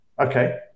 Okay